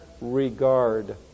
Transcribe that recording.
regard